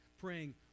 Praying